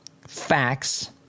facts